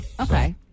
Okay